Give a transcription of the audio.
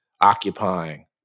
occupying